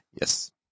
Yes